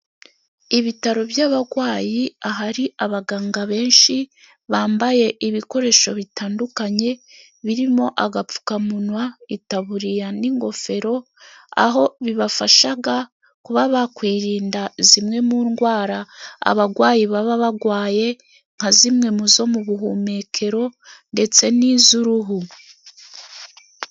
Ibitaro by'abarwayi, ahari abaganga benshi bambaye ibikoresho bitandukanye, birimo agapfukamunwa, itaburiya n'ingofero, aho bibafasha kuba bakwirinda zimwe mu ndwara abarwayi baba barwaye, nka zimwe mu zo mu buhumekero ndetse n'iz'uruhu.